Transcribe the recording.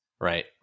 Right